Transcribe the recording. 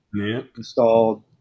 Installed